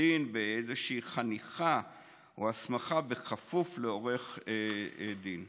דין באיזושהי חניכה או הסמכה בכפוף לעורך דין.